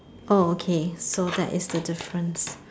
oh okay so that is the difference